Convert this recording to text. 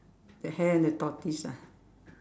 the hare and the tortoise ah